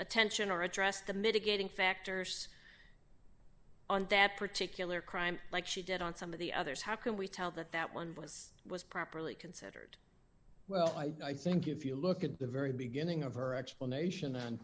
attention or address the mitigating factors on that particular crime like she did on some of the others how can we tell that that one was was properly considered well i think if you look at the very beginning of her explanation